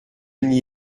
n’y